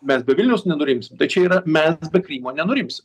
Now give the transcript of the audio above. mes be vilniaus nenurimsim tai čia yra mes be krymo nenurimsim